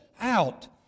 out